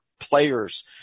Players